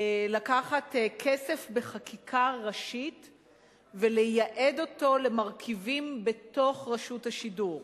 לקחת כסף בחקיקה ראשית ולייעד אותו למרכיבים בתוך רשות השידור,